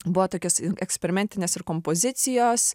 buvo tokios eksperimentinės ir kompozicijos